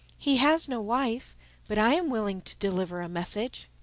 he has no wife but i am willing to deliver a message.